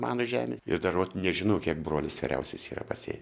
mano žemė ir dar vat nežinau kiek brolis vyriausias yra pasėjęs